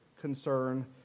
concern